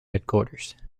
headquarters